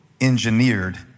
engineered